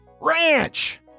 Ranch